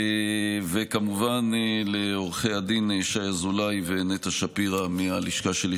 כמובן לעו"ד שי אזולאי ונטע שפירא מהלשכה שלי,